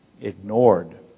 ignored